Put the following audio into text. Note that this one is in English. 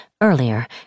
Earlier